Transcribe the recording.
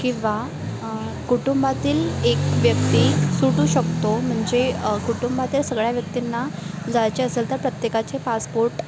किंवा कुटुंबातील एक व्यक्ती सुटू शकतो म्हणजे कुटुंबातील सगळ्या व्यक्तींना जायचे असेल तर प्रत्येकाचे पासपोट